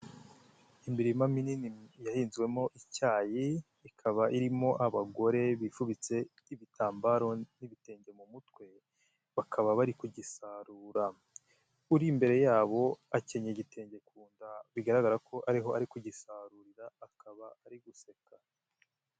Imirima minini yahinzwemo icyayi ikaba irimo abagore bifubitse ibitambaro n'ibitenge mu mutwe bakaba bari kugisarura, uri imbere yabo akenyeye igitenge ku nda, bigaragara ko ariho ari kugisarurira akaba ari guseka.